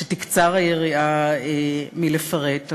שתקצר היריעה מלפרט,